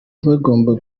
bagomba